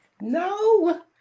No